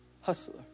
hustler